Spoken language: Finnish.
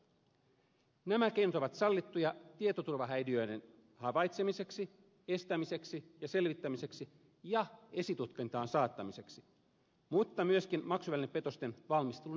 nämä keinot ovat sallittuja tietoturvahäiriöiden havaitsemiseksi estämiseksi ja selvittämiseksi ja esitutkintaan saattamiseksi mutta myöskin maksuvälinepetosten valmistelun ehkäisemiseksi